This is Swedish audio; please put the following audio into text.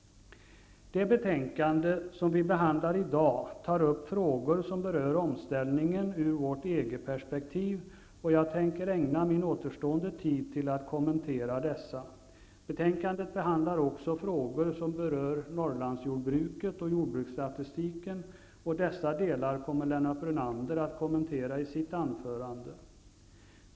Det betänkande som vi behandlar i dag tar upp frågor som berör omställningen ur EG perspektivet, och jag tänker ägna min återstående taletid till att kommentera dessa. I betänkandet behandlas också frågor som berör Norrlandsjordbruket och jordbruksstatistiken och dessa delar kommer Lennart Brunander att kommentera i sitt anförande.